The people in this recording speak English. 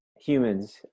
humans